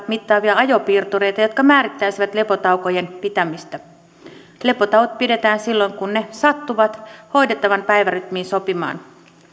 mittaavia ajopiirtureita jotka määrittäisivät lepotaukojen pitämistä lepotauot pidetään silloin kun ne sattuvat hoidettavan päivärytmiin sopimaan